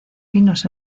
pinos